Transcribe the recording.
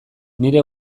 nire